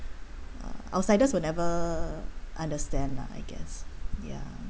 uh outsiders will never understand lah I guess ya